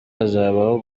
hazabaho